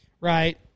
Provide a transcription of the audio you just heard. Right